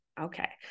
Okay